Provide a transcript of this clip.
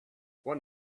one